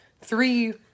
Three